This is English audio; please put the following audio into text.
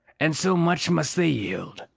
and so much must they yield,